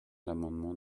l’amendement